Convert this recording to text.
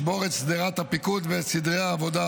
לשבור את שדרת הפיקוד ואת סדרי העבודה